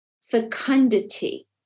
fecundity